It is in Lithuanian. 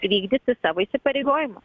vykdyti savo įsipareigojimus